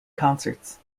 concerts